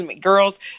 girls